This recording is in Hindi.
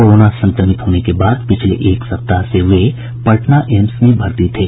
कोरोना संक्रमित होने के बाद पिछले एक सप्ताह से वे पटना एम्स में भर्ती थे